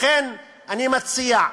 לכן אני מציע להוריד,